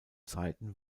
zeiten